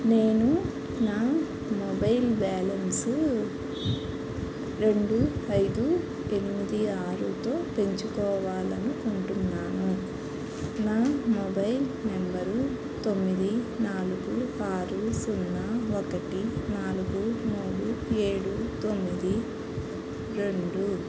నేను నా mobile balance రెండు ఐదు ఎనిమిది ఆరుతో పెంచుకోవాలను కుంటున్నాను నా మొబైల్ నంబరు తొమ్మిది నాలుగు ఆరు సున్నా ఒకటి నాలుగు మూడు ఏడు తొమ్మిది రెండు